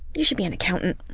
you should be an accountant,